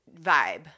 vibe